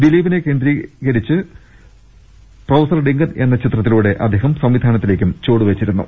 ദിലീപിനെ കേന്ദ്രക ഥാപാത്രമാക്കിയ പ്രഫസർ ഡിങ്കൻ എന്ന ചിത്രത്തിലൂടെ അദ്ദേഹം സംവിധാനത്തിലേക്കും ചുവടുവച്ചിരുന്നു